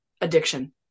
addiction